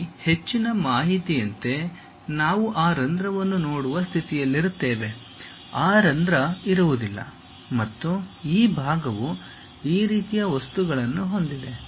ಇಲ್ಲಿ ಹೆಚ್ಚಿನ ಮಾಹಿತಿಯಂತೆ ನಾವು ಆ ರಂಧ್ರವನ್ನು ನೋಡುವ ಸ್ಥಿತಿಯಲ್ಲಿರುತ್ತೇವೆ ಆ ರಂಧ್ರ ಇರುವುದಿಲ್ಲ ಮತ್ತು ಈ ಭಾಗವು ಈ ರೀತಿಯ ವಸ್ತುಗಳನ್ನು ಹೊಂದಿದೆ